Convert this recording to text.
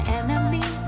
enemy